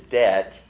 debt